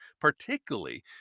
particularly